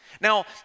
Now